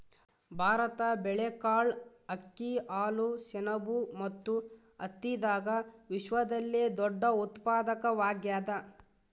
ಭಾರತ ಬೇಳೆಕಾಳ್, ಅಕ್ಕಿ, ಹಾಲು, ಸೆಣಬು ಮತ್ತು ಹತ್ತಿದಾಗ ವಿಶ್ವದಲ್ಲೆ ದೊಡ್ಡ ಉತ್ಪಾದಕವಾಗ್ಯಾದ